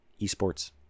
esports